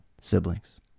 siblings